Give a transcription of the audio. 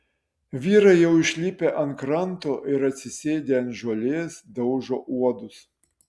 vyrai jau išlipę ant kranto ir atsisėdę ant žolės daužo uodus